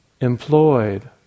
employed